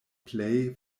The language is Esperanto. plej